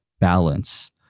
balance